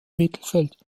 mittelfeld